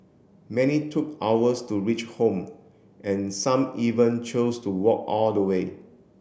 many took hours to reach home and some even chose to walk all the way